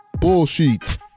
Bullshit